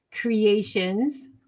creations